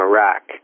Iraq